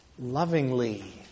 lovingly